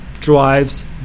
drives